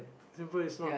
simple it's not